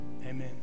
amen